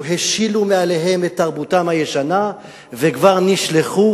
השילו מעליהם את תרבותם הישנה וכבר נשלחו